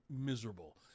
miserable